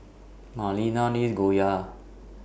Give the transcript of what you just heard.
Marlena loves Gyoza